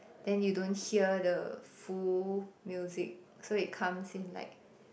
then you don't hear the full music so it comes in like